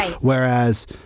whereas